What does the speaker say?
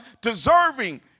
deserving